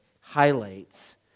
highlights